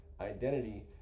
identity